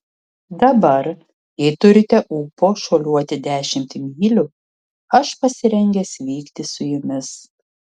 dabar jei turite ūpo šuoliuoti dešimt mylių aš pasirengęs vykti su jumis